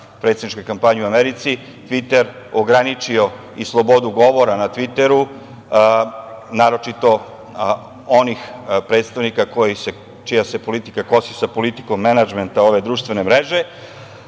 predsedničkoj kampanji u Americi, „Tviter“ ograničio i slobodu govora, naročito onih predstavnika čija se politika kosi sa politikom menadžmenta ove društvene mreže.